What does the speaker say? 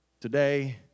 today